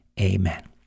Amen